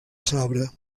sabre